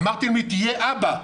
אמרתם לי להיות אבא,